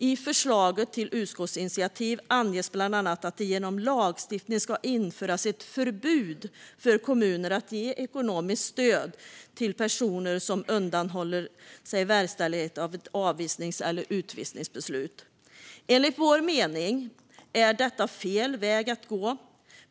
I förslaget till utskottsinitiativ anges bland annat att det genom lagstiftning ska införas ett förbud för kommuner att ge ekonomiskt stöd till personer som undanhåller sig verkställighet av ett avvisnings eller utvisningsbeslut. Enligt vår mening är detta fel väg att gå.